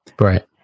Right